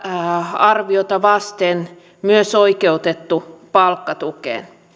arviota vasten myös oikeutettu palkkatukeen